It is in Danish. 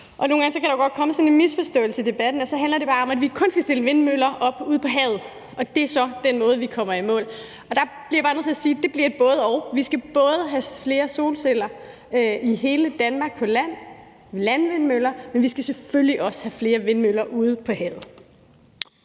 Nogle gange kan der godt komme en misforståelse i debatten, og så handler det bare om, at vi kun skal stille vindmøller op ude på havet, og det er så den måde, vi kommer i mål på. Der bliver jeg bare nødt til at sige, at det bliver et både-og, for vi skal både have flere solceller i hele Danmark på land, landvindmøller, men vi skal selvfølgelig også have flere vindmøller ude på havet.